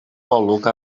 golwg